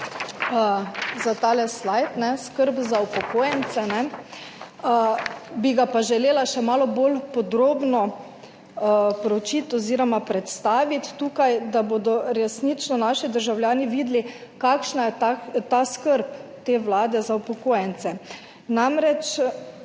za tale slajd, skrb za upokojence, bi ga pa želela še malo bolj podrobno preučiti oziroma predstaviti tukaj, da bodo resnično naši državljani videli, kakšna je skrb te vlade za upokojence. Tudi